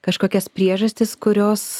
kažkokias priežastis kurios